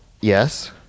yes